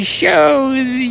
shows